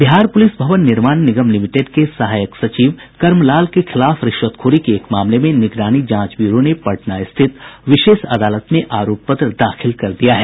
Bihar police भवन निर्माण निगम लिमिटेड के सहायक सचिव कर्मलाल के खिलाफ रिश्वतखोरी के एक मामले में निगरानी जांच ब्यूरो ने पटना स्थित विशेष अदालत में आरोप पत्र दाखिल कर दिया है